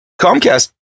comcast